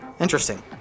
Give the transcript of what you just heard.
Interesting